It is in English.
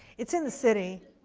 it's in the city.